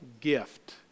gift